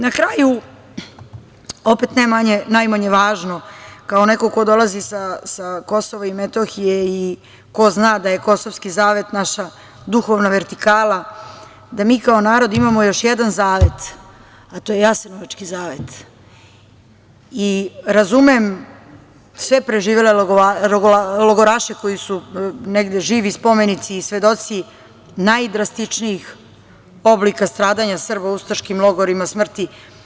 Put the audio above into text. Na kraju, opet ne najmanje važno, kao neko ko dolazi sa Kosova i Metohije i ko zna da je kosovski zavet naša duhovna vertikala, mi kao narod imamo još jedan zavet, a to je jasenovački zavet i razumem sve preživele logoraše koji su negde živi spomenici i svedoci najdrastičnijih oblika stradanja Srba u ustaškim logorima smrti.